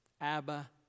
Abba